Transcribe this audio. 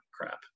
crap